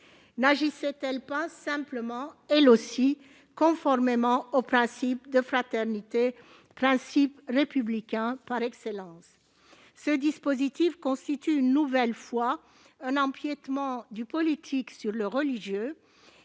N'agissait-elle pas simplement, elle aussi, conformément au principe de fraternité, principe républicain par excellence ? Ce dispositif constitue une nouvelle fois un empiètement du politique sur le religieux.